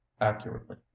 accurately